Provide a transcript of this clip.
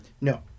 No